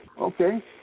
Okay